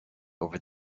over